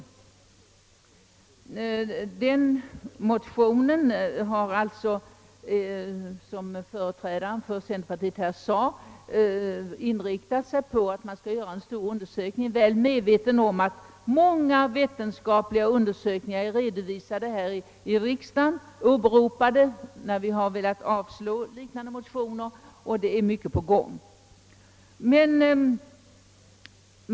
I denna motion har man alltså, som företrädaren för centerpartiet sade, inriktat sig på att en stor undersökning skall göras trots att man borde vara väl medveten om att många vetenskapliga undersökningar är redovisade här i riksdagen och åberopade när vi har velat avslå liknande motioner och har många frågor under behandling.